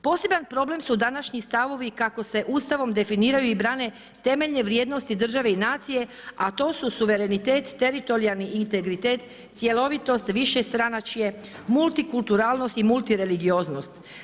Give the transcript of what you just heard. Poseban problem su današnji stavovi kako se Ustavom definiraju i brane temeljne vrijednosti države i nacije a to su suverenitet, teritorijalni integritet, cjelovitost, višestranačje, multikulturalnost i multireligioznost.